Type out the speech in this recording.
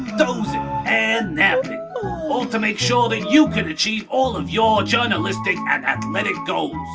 dozing and napping, all to make sure that you can achieve all of your journalistic and athletic goals.